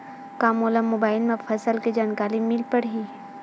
का मोला मोबाइल म फसल के जानकारी मिल पढ़ही?